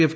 F